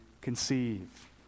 conceive